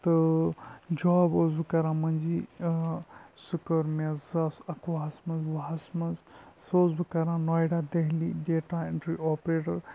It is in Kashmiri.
تہٕ جاب اوسُس بہٕ کَران مٔنٛزی سُہ کٔر مےٚ زٕ ساس اَکہٕ وُہَس منٛز وُہَس منٛز سُہ اوسُس بہٕ کَران Noida Delhi data entry operator